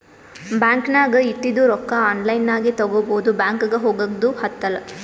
bank ನಾಗ್ ಇಟ್ಟಿದು ರೊಕ್ಕಾ ಆನ್ಲೈನ್ ನಾಗೆ ತಗೋಬೋದು ಬ್ಯಾಂಕ್ಗ ಹೋಗಗ್ದು ಹತ್ತಲ್